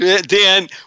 Dan